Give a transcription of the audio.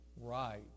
right